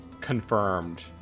confirmed